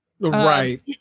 Right